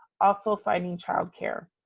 also, finding childcare.